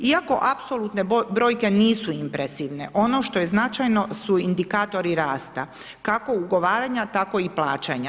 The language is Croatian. Iako apsolutne brojke nisu impresivne, ono što je značajno su indikatori rasta kako ugovaranja tako i plaćanja.